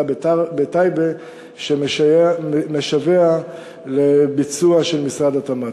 בטייבה שמשווע לביצוע של משרד התמ"ת,